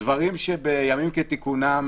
דברים שבימים כתיקונם